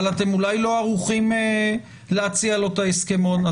אולי אתם לא ערוכים להציע לו את ההסכמון?